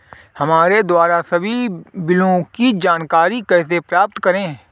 हमारे द्वारा सभी बिलों की जानकारी कैसे प्राप्त करें?